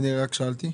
אני פשוט שאלתי.